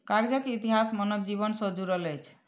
कागजक इतिहास मानव जीवन सॅ जुड़ल अछि